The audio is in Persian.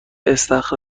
استخر